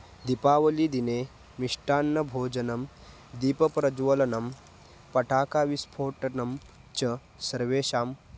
दिपावलिदिने मिष्टान्नभोजनं दीपप्रज्वालनं पटाकाविस्फोटनं च सर्वेषां